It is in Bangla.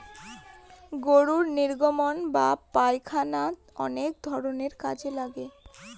গরুর নির্গমন বা পায়খানা অনেক ধরনের কাজে লাগে